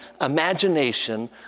imagination